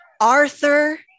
Arthur